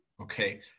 Okay